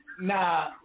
nah